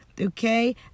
okay